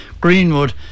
Greenwood